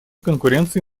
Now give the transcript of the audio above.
конкуренции